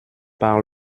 par